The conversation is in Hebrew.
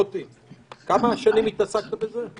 מוטי, כמה שנים התעסקת בזה?